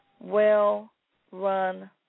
well-run